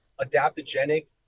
adaptogenic